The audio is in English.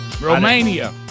Romania